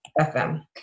FM